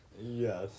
Yes